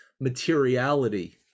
materiality